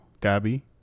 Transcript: Gabby